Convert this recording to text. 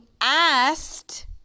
asked